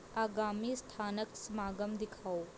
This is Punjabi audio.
ਆਗਾਮੀ ਸਥਾਨਕ ਸਮਾਗਮ ਦਿਖਾਓ